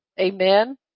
Amen